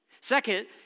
Second